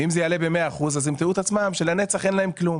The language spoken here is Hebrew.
אם זה יעלה במאה אחוז אז ימצאו את עצמם שלנצח אין להם כלום.